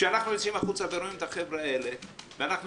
כשאנחנו יוצאים החוצה ורואים את החבר'ה האלה ואנחנו